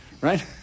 right